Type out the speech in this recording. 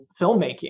filmmaking